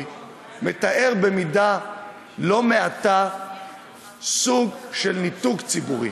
זה במידה לא מעטה סוג של ניתוק ציבורי.